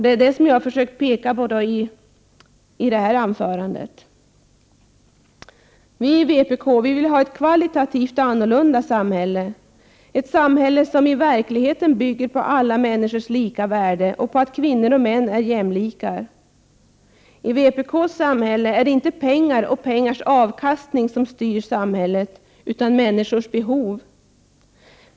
Det är det som jag har försökt betona i mitt anförande. Vi i vpk vill ha ett kvalitativt annorlunda samhälle, ett samhälle som bygger på alla människors lika värde och på att kvinnor och män är jämlikar. I vpk:s samhälle är det inte pengar och pengars avkastning som styr samhället utan människornas behov.